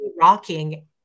rocking